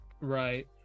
right